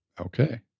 Okay